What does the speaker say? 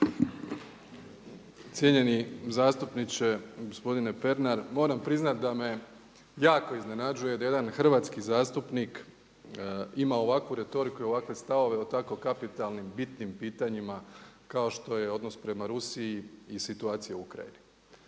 Cijenjeni zastupniče gospodine Pernar, moram priznati da me jako iznenađuje da jedan hrvatski zastupnik ima ovakvu retoriku i ovakve stavove o tako kapitalnim, bitnim pitanjima kao što je odnos prema Rusiji i situaciji u Ukrajini.